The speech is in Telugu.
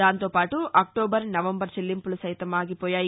దాంతోపాటు అక్టోబరు నవంబరు చెల్లింపులు సైతం ఆగిపోయాయి